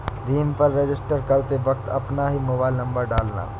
भीम पर रजिस्टर करते वक्त अपना ही मोबाईल नंबर डालना